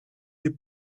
nie